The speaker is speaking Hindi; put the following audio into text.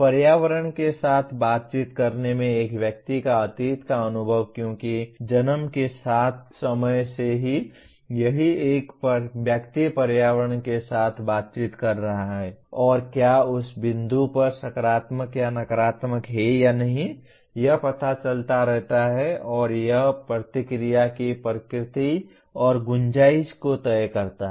पर्यावरण के साथ बातचीत करने में एक व्यक्ति का अतीत का अनुभव क्योंकि जन्म के समय से ही सही एक व्यक्ति पर्यावरण के साथ बातचीत कर रहा है और क्या यह उस बिंदु पर सकारात्मक या नकारात्मक है या नहीं यह पता चलता रहता है और यही प्रतिक्रिया की प्रकृति और गुंजाइश को तय करता है